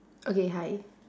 okay hi